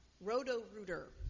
Roto-Rooter